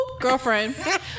girlfriend